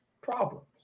problems